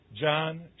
John